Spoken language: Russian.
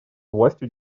властью